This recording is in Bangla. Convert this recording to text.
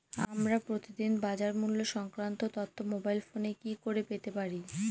আমরা প্রতিদিন বাজার মূল্য সংক্রান্ত তথ্য মোবাইল ফোনে কি করে পেতে পারি?